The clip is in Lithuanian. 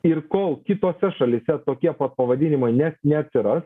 ir kol kitose šalyse tokie pat pavadinimai ne neatsiras